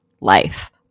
life